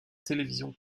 télévision